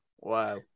Wow